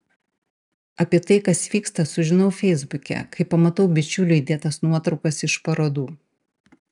apie tai kas vyksta sužinau feisbuke kai pamatau bičiulių įdėtas nuotraukas iš parodų